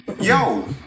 Yo